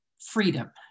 freedom